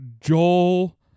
Joel